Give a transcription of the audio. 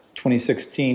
2016